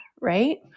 right